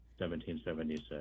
1776